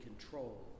control